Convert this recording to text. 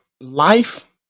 life